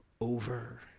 over